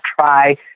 try